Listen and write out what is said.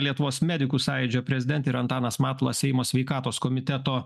lietuvos medikų sąjūdžio prezidentė ir antanas matulas seimo sveikatos komiteto